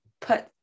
put